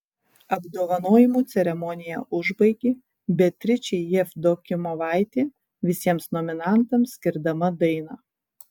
apdovanojimų ceremoniją užbaigė beatričė jevdokimovaitė visiems nominantams skirdama dainą